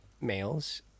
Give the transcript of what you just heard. males